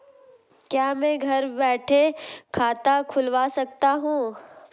क्या मैं घर बैठे खाता खुलवा सकता हूँ?